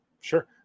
Sure